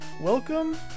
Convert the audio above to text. welcome